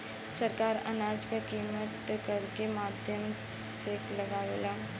सरकार अनाज क कीमत केकरे माध्यम से लगावे ले?